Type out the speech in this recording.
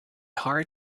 hard